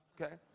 okay